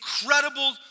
incredible